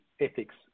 ethics